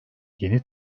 yeni